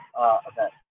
event